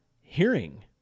hearing